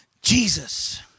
Jesus